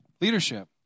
leadership